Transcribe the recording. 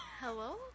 Hello